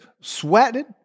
sweated